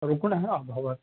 रुग्णः अभवत्